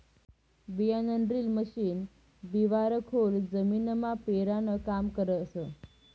बियाणंड्रील मशीन बिवारं खोल जमीनमा पेरानं काम करस